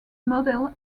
model